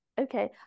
Okay